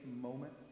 moment